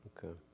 Okay